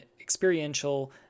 experiential